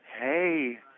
hey